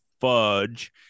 fudge